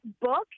book